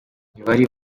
ntibari